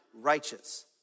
righteous